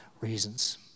reasons